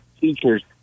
teachers